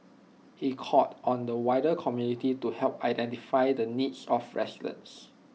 he called on the wider community to help identify the needs of residents